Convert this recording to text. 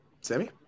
Sammy